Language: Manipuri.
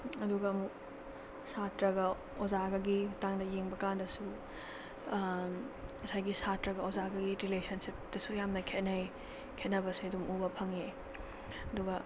ꯑꯗꯨꯒ ꯑꯃꯨꯛ ꯁꯥꯇ꯭ꯔꯥꯒ ꯑꯣꯖꯥꯒꯒꯤ ꯃꯇꯥꯡꯗ ꯌꯦꯡꯕꯀꯥꯟꯗꯁꯨ ꯉꯁꯥꯏꯒꯤ ꯁꯥꯇ꯭ꯔꯥꯒ ꯑꯣꯖꯥꯒꯒꯤ ꯔꯦꯂꯦꯁꯟꯁꯤꯞꯇꯁꯨ ꯌꯥꯝꯅ ꯈꯦꯠꯅꯩ ꯈꯦꯠꯅꯕꯁꯦ ꯑꯗꯨꯝ ꯎꯕ ꯐꯪꯉꯦ ꯑꯗꯨꯒ